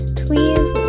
please